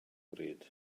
bryd